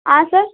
ಆಂ sir